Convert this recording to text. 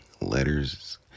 letters